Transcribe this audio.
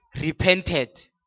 Repented